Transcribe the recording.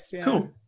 Cool